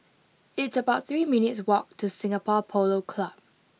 it's about three minutes' walk to Singapore Polo Club